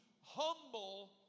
humble